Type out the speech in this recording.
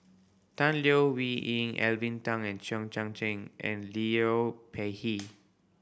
Tan Leo Wee Hin Alvin Tan Cheong Kheng and Liu Peihe